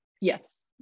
yes